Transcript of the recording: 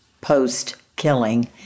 post-killing